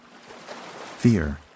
Fear